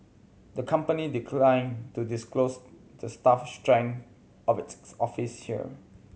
the company declined to disclose the staff strength of its office here